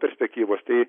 perspektyvos tai